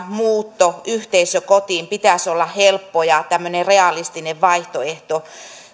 muuton yhteisökotiin pitäisi olla helppo ja realistinen vaihtoehto